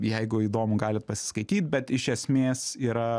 jeigu įdomu galit pasiskaityt bet iš esmės yra